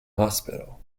hospital